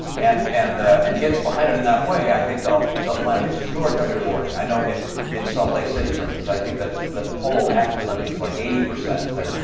and and and gets behind it in that way, i think they'll they'll find it extraordinarily rewarding. i know in salt lake city, for instance, i think that the poll after the olympics, like eighty percent said,